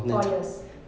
four years